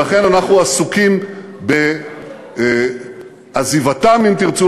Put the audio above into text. לכן אנחנו עסוקים בעזיבתם, אם תרצו.